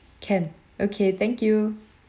can okay thank you